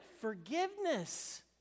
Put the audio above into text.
Forgiveness